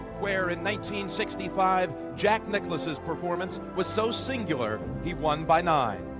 where in nineteen sixty-five jack nicklaus's performance was so singular, he won by nine.